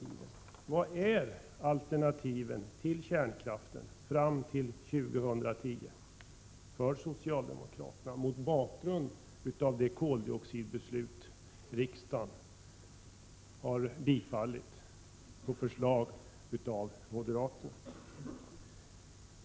Men vilka är då socialdemokraternas alternativ till kärnkraften fram till 2010, mot bakgrund av det riksdagsbeslut om koldioxiden som grundas på moderaternas förslag?